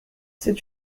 c’est